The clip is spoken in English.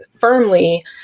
firmly